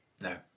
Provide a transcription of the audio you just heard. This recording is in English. No